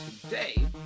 today